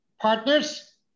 Partners